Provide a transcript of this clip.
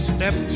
Step